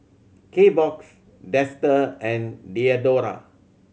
Kbox Dester and Diadora